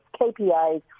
KPIs